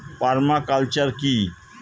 Parma culture কি?